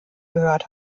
gehört